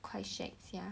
quite shag sia